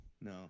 no